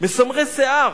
מסמרי שיער.